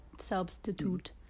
substitute